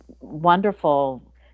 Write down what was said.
wonderful